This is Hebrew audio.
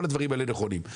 כל הדברים האלה נכונים.